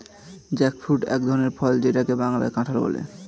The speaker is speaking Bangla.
জ্যাকফ্রুট এক ধরনের ফল যেটাকে বাংলাতে কাঁঠাল বলে